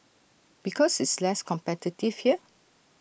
because it's less competitive here